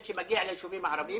שמגיע ליישובים הערביים